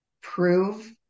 prove